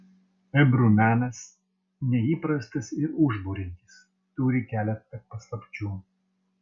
ebru menas neįprastas ir užburiantis turi keletą paslapčių